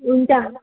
हुन्छ